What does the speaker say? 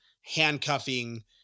handcuffing